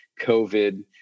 covid